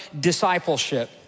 discipleship